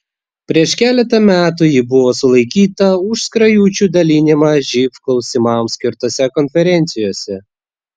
prieš keletą metų ji buvo sulaikyta už skrajučių dalinimą živ klausimams skirtose konferencijose